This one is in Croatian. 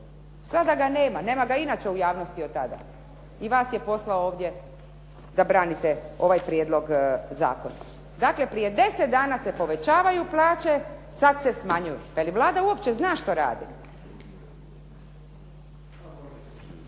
Sada ga nema, nema ga inače u javnosti od tada i vas je poslao ovdje da branite ovaj prijedlog zakona. Dakle, prije deset dana se povećavaju plaće, sad se smanjuju. Pa je li Vlada uopće zna što radi?